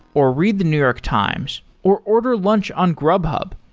or read the new york times, or order lunch on grubhub,